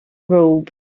robe